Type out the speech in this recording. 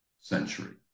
century